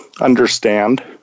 understand